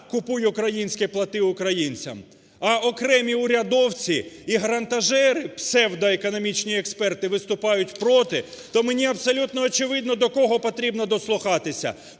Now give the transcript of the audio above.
"Купуй українське, плати українцям". А окремі урядовці і грантожери, псевдо економічні експерти, виступають проти, то мені абсолютно очевидно, до кого потрібно дослухатися.